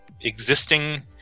existing